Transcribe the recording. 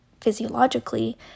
physiologically